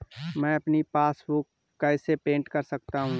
मैं अपनी पासबुक कैसे प्रिंट कर सकता हूँ?